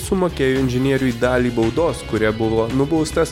sumokėjo inžinieriui dalį baudos kuria buvo nubaustas